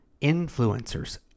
influencers